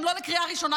גם לא לקריאה ראשונה,